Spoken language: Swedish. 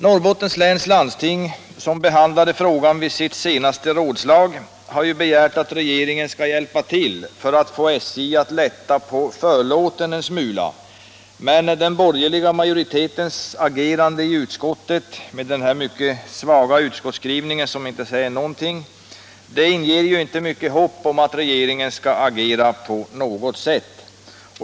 Norrbottens läns landsting, som behandlade frågan vid sitt senaste rådslag, har begärt att regeringen skall hjälpa till för att förmå SJ att lätta på förlåten en smula. Men den borgerliga majoritetens agerande i utskottet, med den mycket svaga skrivningen som inte säger någonting, inger inte mycket hopp om att regeringen skall agera på något sätt.